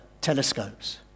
telescopes